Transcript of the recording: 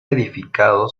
edificado